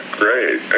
great